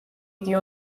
იგი